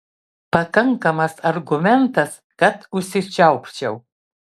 pakankamas argumentas kad užsičiaupčiau